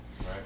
Right